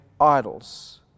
idols